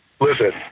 Listen